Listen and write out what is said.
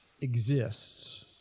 exists